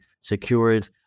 secured